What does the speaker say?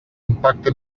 impacte